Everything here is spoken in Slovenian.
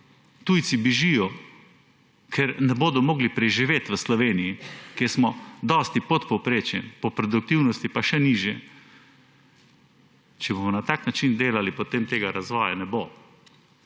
Tujci bežijo, ker ne bodo mogli preživeti v Sloveniji, ker smo dosti pod povprečjem, po produktivnosti pa še niže. Če bomo na tak način delali, potem tega razvoja ne bo.